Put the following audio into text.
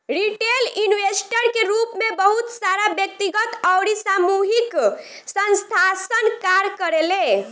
retail investor के रूप में बहुत सारा व्यक्तिगत अउरी सामूहिक संस्थासन कार्य करेले